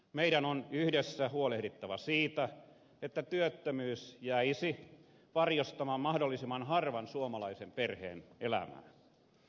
meidän on yhdessä huolehdittava siitä että työttömyys jäisi varjostamaan mahdollisimman harvan suomalaisen perheen elämää